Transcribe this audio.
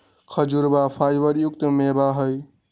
खजूरवा फाइबर युक्त मेवा हई